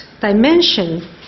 dimension